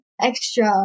extra